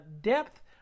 depth